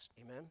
Amen